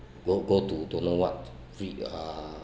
go go to don't know what re~ uh